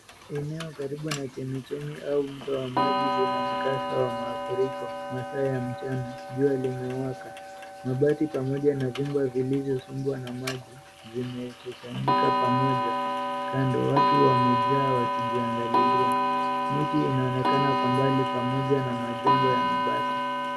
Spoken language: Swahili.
Eneo karibu na chemichemi au mto wa maji lina mkasa wa mafuriko . Masaa ya mchana. Jua limewaka. Mabati pamoja na vyumba vilivyokumbwa na maji vimekusanyika pamoja kando. Watu wamejaa wakijiangalilia. Miti inaonekana kwa mbali pamoja na majengo ya mabati.